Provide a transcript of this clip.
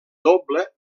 doble